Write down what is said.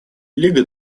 лига